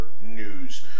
news